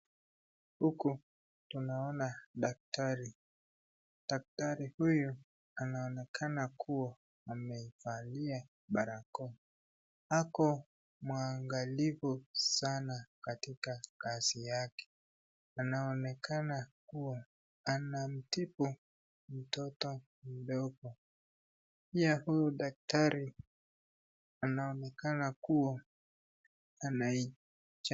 Huku tunaona daktari, daktari huyu anaonenakana kuwa amevalia barakoa, ako mwangalifu sana katika kazi yake, anaonekana kuwa anamtibu mtoto mdogo, pia huyu daktari anaonekana kuwa anaicha.